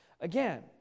again